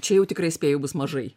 čia jau tikrai spėju bus mažai